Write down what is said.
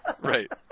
right